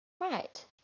right